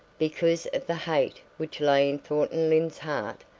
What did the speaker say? because of the hate which lay in thornton lyne's heart,